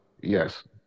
yes